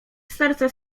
starca